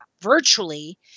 virtually